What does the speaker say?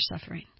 suffering